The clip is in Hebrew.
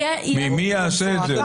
מי יעשה את זה?